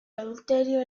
adulterio